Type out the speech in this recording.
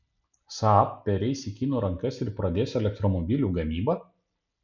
saab pereis į kinų rankas ir pradės elektromobilių gamybą